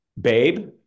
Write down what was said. Babe